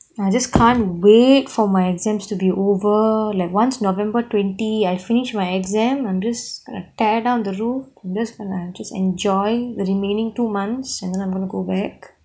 I just can't wait for my exams to be over like once november twenty I finish my exam I'm just gonna tear down the roof I'm just gonna I'll just enjoy the remaining two months and then I'm going to go back